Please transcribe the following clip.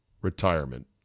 retirement